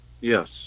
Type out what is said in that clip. Yes